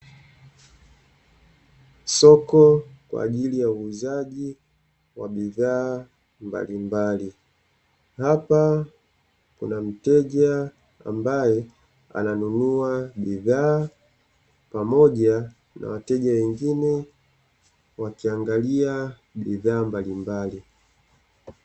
Soko kwa ajili ya uuzaji wa bidhaa mbalimbali, hapa kuna mteja ambaye ananunua bidhaa pamoja na wateja wengine wakiangalia bidhaa mbalimbali.